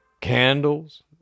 candles